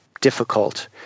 difficult